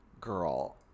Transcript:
girl